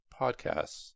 podcasts